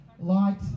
light